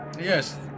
Yes